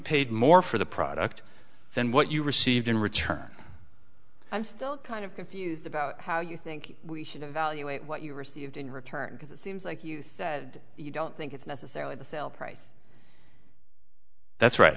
paid more for the product than what you received in return i'm still kind of confused about how you think we should evaluate what you received in return because it seems like you said you don't think it's necessarily the sale price that's right